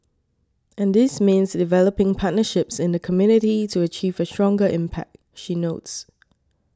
and this means developing partnerships in the community to achieve a stronger impact she notes